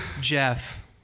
Jeff